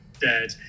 Dead